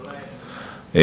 קטינים?